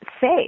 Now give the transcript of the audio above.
safe